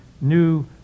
new